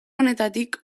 honetatik